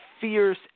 fierce